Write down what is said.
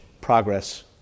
progress